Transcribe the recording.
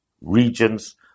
regions